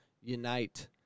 unite